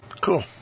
cool